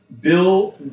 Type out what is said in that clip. Bill